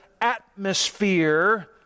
atmosphere